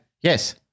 Yes